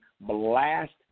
blast